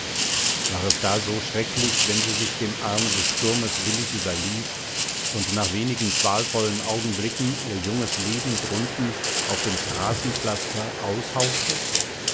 war es da so schrecklich wenn sie sich dem arme des sturmes willig überließ und nach wenigen qualvollen augenblicken ihr junges leben drunten auf dem straßenpflaster aushauchte